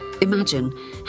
Imagine